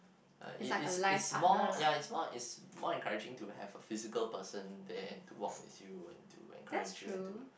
uh it is it's more ya it's more it's more encouraging to have a physical person there to walk with you and to encourage you and to